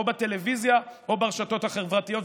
או בטלוויזיה או ברשתות החברתיות.